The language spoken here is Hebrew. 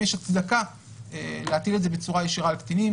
יש הצדקה להטיל את זה בצורה ישירה על קטינים,